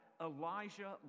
Elijah